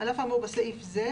"על אף האמור בסעיף זה,